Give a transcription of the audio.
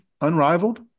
unrivaled